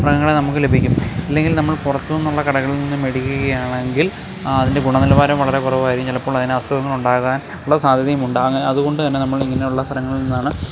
മൃഗങ്ങളെ നമുക് ലഭിക്കും ഇല്ലെങ്കിൽ നമ്മൾ പുറത്തു നിന്നുള്ള കടകളിൽ നിന്നു മേടിക്കുകയാണെങ്കിൽ അതിൻ്റെ ഗുണ നിലവാരം വളരെ കുറവായിരിക്കും ചിലപ്പോൾ അതിന് അസുഖങ്ങളുണ്ടാകാൻ ഉള്ള സാധ്യതയും ഉണ്ട് അങ്ങനെ അതുകൊണ്ടു തന്നെ നമ്മൾ ഇങ്ങനെയുള്ള സ്ഥലങ്ങളിൽ നിന്നാണ്